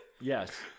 Yes